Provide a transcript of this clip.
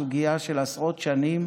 סוגיה של עשרות שנים.